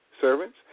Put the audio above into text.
servants